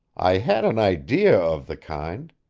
i had an idea of the kind.